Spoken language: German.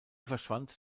verschwand